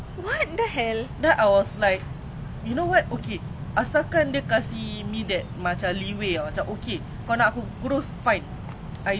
no no no that is very unhealthy that is a unhealthy weight to lose weight no but anyways